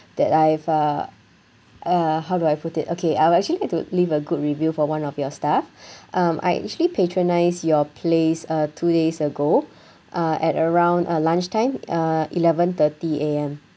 that I've uh uh how do I put it okay I will actually like to leave a good review for one of your staff um I actually patronise your place uh two days ago uh at around uh lunchtime uh eleven thirty A_M